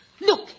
Look